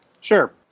Sure